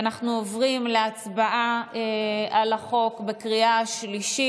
ואנחנו עוברים להצבעה על החוק בקריאה השלישית.